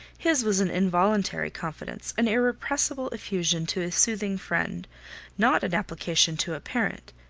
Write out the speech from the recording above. his was an involuntary confidence, an irrepressible effusion to a soothing friend not an application to a parent.